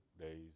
days